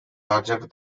larger